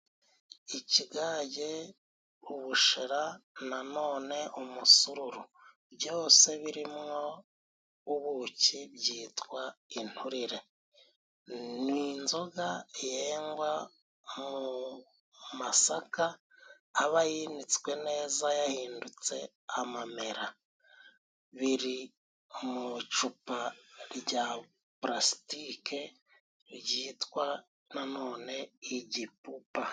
Ikigage, ubushera, na none umusururu. Byose birimo ubuki byitwa inturire. Ni inzoga yengwa mu masaka, aba yinitswe neza yahindutse amamera. Biri mu icupa rya pulasitike ryitwa na none igipupa.